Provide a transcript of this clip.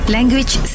Language